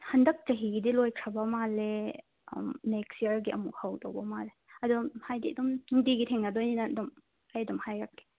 ꯍꯟꯗꯛ ꯆꯍꯤꯒꯤꯗꯤ ꯂꯣꯏꯈ꯭ꯔꯕ ꯃꯥꯜꯂꯦ ꯅꯦꯛꯁ ꯌꯥꯔꯒꯤ ꯑꯃꯨꯛ ꯍꯧꯗꯧꯕ ꯃꯥꯜꯂꯦ ꯑꯗꯨꯝ ꯍꯥꯏꯗꯤ ꯑꯗꯨꯝ ꯅꯨꯡꯇꯤꯒꯤ ꯊꯦꯡꯅꯗꯣꯏꯅꯤꯅ ꯑꯗꯨꯝ ꯑꯩ ꯑꯗꯨꯝ ꯍꯥꯏꯔꯛꯀꯦ